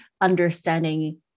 understanding